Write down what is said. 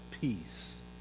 peace